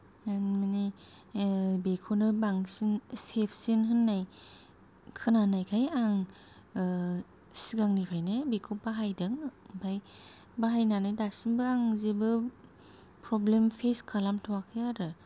आं माने बेखौनो बांसिन सेफसिन होन्नाय खोनानायखाय आं सिगांनिफ्रायनो बेखौ बाहायदों ओमफाय बाहायनानै दासिमबो आं जेबो प्रब्लेम फेस खालामथ'वाखै आरो